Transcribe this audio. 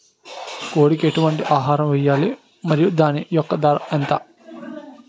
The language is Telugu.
కోడి కి ఎటువంటి ఆహారం వేయాలి? మరియు దాని యెక్క ధర ఎంత?